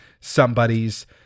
somebody's